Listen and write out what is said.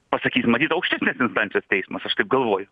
pasakys matyt aukštesnės instancijos teismas aš taip galvoju